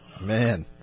Man